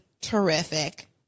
terrific